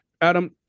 Adam